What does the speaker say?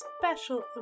special